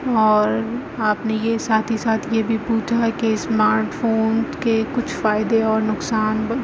اور آپ نے یہ ساتھ ہی ساتھ یہ بھی پوچھا کہ اسمارٹ فون کے کچھ فائدے اور نقصان